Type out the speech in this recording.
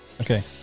Okay